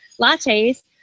lattes